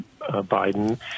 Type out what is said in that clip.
Biden